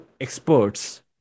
experts